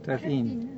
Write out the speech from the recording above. drive in ah